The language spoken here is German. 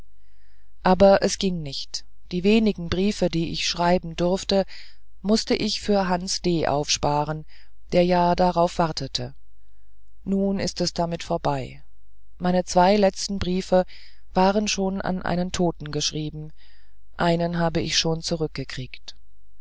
aber es ging nicht die wenigen briefe die ich schreiben durfte mußte ich für hans d aufsparen der ja darauf wartete nun ist es damit vorbei meine zwei letzten briefe waren schon an einen toten geschrieben einen habe ich schon zurückgekriegt